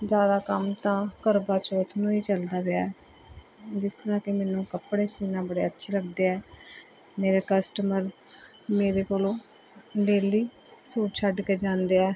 ਜ਼ਿਆਦਾ ਕੰਮ ਤਾਂ ਕਰਵਾ ਚੌਥ ਨੂੰ ਹੀ ਚੱਲਦਾ ਪਿਆ ਹੈ ਜਿਸ ਤਰ੍ਹਾਂ ਕਿ ਮੈਨੂੰ ਕੱਪੜੇ ਸਿਊਣਾ ਬੜੇ ਅੱਛੇ ਲਗਦੇ ਹੈ ਮੇਰੇ ਕਸਟਮਰ ਮੇਰੇ ਕੋਲੋਂ ਡੇਲੀ ਸੂਟ ਛੱਡ ਕੇ ਜਾਂਦੇ ਹੈ